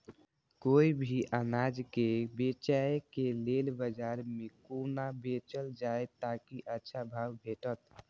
कोय भी अनाज के बेचै के लेल बाजार में कोना बेचल जाएत ताकि अच्छा भाव भेटत?